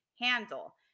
handle